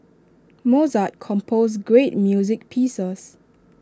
Mozart composed great music pieces